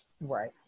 Right